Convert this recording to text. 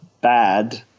Bad